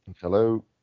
Hello